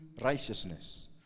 righteousness